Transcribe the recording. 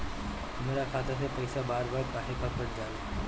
हमरा खाता में से पइसा बार बार काहे कट जाला?